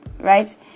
Right